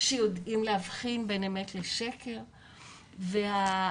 שיודעים להבחין בין אמת לשקר והנזק,